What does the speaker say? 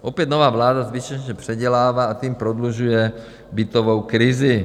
Opět, nová vláda zbytečně předělává a tím prodlužuje bytovou krizi.